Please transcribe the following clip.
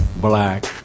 black